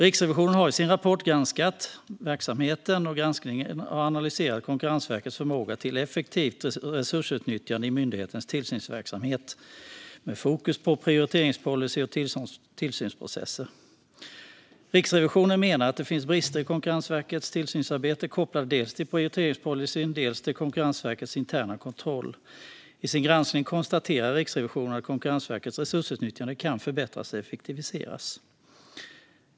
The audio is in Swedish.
Riksrevisionen har i sin rapport granskat verksamheten och analyserat Konkurrensverkets förmåga till effektivt resursutnyttjande i myndighetens tillsynsverksamhet, med fokus på prioriteringspolicy och tillsynsprocesser. Riksrevisionen menar att det finns brister i Konkurrensverkets tillsynsarbete kopplade dels till prioriteringspolicyn, dels till Konkurrensverkets interna kontroll. I sin granskning konstaterar Riksrevisionen att Konkurrensverkets resursutnyttjande kan förbättras och effektiviseras.